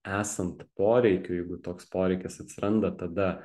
esant poreikiui jeigu toks poreikis atsiranda tada